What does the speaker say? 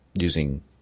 using